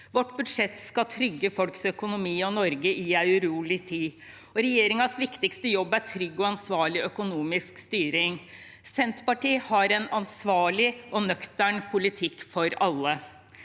Vårt budsjett skal trygge folks økonomi og Norge i en urolig tid. Regjeringens viktigste jobb er trygg og ansvarlig økonomisk styring. Senterpartiet har en ansvarlig og nøktern politikk for alle.